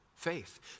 faith